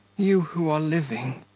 you who are living,